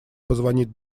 позвонить